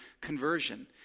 conversion